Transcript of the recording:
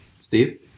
Steve